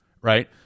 Right